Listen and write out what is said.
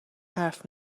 حرف